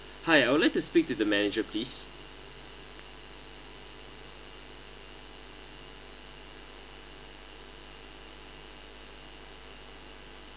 hi I would like to speak to the manager please